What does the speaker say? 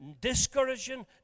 discouraging